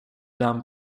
den